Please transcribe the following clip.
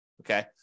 Okay